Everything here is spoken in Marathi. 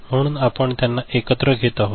म्हणून आपण त्यांना एकत्र घेत आहोत